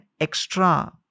extra